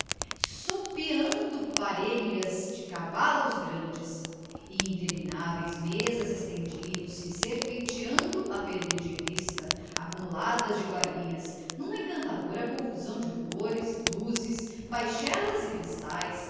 sopeando parelhas de cavalos grandes e intermináveis mesas estendiam-se serpenteando a perder de vista acumuladas de iguarias numa encantadora confusão de flores luzes baixelas e cristais